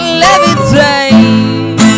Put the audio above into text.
levitate